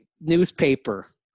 newspaper